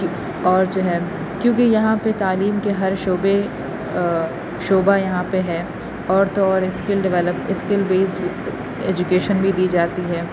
اور جو ہے کیوں کہ یہاں پہ تعلیم کے ہر شعبے شعبہ یہاں پہ ہے اور تو اور skill develop skill based education بھی دی جاتی ہے